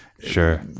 sure